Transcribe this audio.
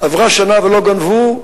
עברה שנה ולא גנבו,